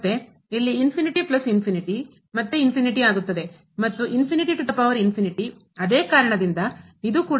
ಮತ್ತೆ ಇಲ್ಲಿ ಮತ್ತೆ ಆಗುತ್ತದೆ ಮತ್ತು ಅದೇ ಕಾರಣದಿಂದ ಇದು ಕೂಡ